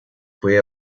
fue